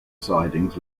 sidings